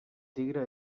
tigre